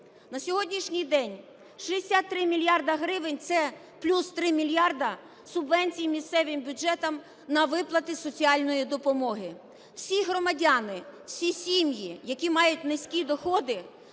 На сьогоднішній день 63 мільярди гривень – це плюс 3 мільярди субвенцій місцевим бюджетам на виплати соціальної допомоги. Всі громадяни, всі сім'ї, які мають низькі доходи,